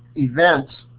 events